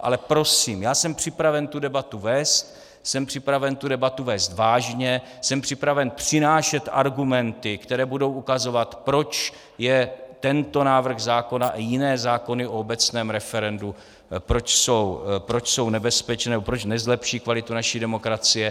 Ale prosím, já jsem připraven tu debatu vést, jsem připraven tu debatu vést vážně, jsem připraven přinášet argumenty, které budou ukazovat, proč je tento návrh zákona a jiné zákony o obecném referendu nebezpečné anebo proč nezlepší kvalitu naší demokracie.